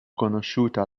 conosciuta